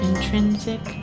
intrinsic